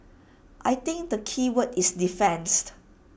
I think the keyword is defence